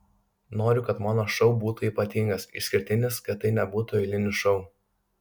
noriu kad mano šou būtų ypatingas išskirtinis kad tai nebūtų eilinis šou